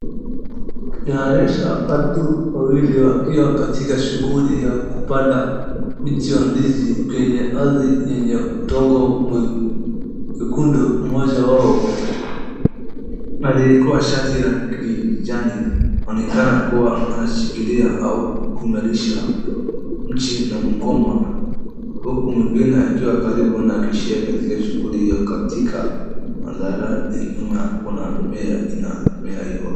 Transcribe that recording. Watu wawili wakiwa katika shughuli ya kupanda mti wa ndizi kwenye ardhi yenye udongo mwekundu. Mmoja wao aliyevaa shati la kijani inaonekana kuwa ameshikilia au kuimarisha mchi na mgoma huku mwingine akiwa karibu anachangia katika shughuli hiyo. Katika mandhari nyuma kuna mimea inamea.